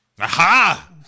Aha